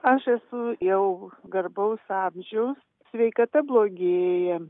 aš esu jau garbaus amžiaus sveikata blogėja